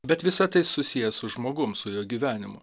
bet visa tai susiję su žmogum su jo gyvenimu